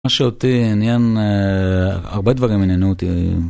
מה שאותי עניין, הרבה דברים עניינו אותי.